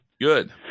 Good